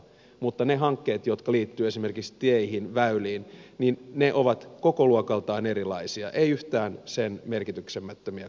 mutta ne hankkeet jotka liittyvät esimerkiksi teihin väyliin ovat kokoluokaltaan erilaisia eivät yhtään sen merkityksettömiä kuin muut